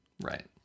Right